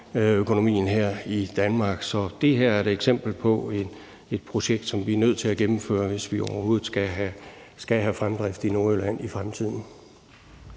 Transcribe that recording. økonomien her i Danmark. Så det her er et eksempel på et projekt, som vi er nødt til at gennemføre, hvis vi overhovedet skal have fremdrift i Nordjylland i fremtiden.